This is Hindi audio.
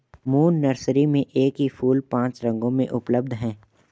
मून नर्सरी में एक ही फूल पांच रंगों में उपलब्ध है